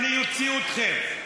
אני אוציא אתכם.